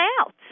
out